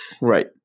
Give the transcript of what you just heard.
right